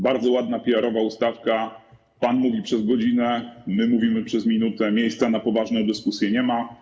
Bardzo ładna PR-owska ustawka: pan mówi przez godzinę, my mówimy przez minutę, miejsca na poważną dyskusję nie ma.